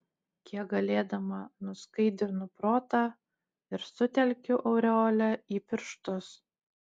kiek galėdama nuskaidrinu protą ir sutelkiu aureolę į pirštus